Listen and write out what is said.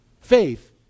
Faith